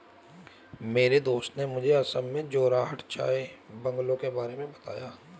मेरे दोस्त ने मुझे असम में जोरहाट चाय बंगलों के बारे में बताया